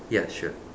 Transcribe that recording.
ya sure